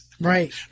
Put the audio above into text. Right